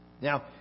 Now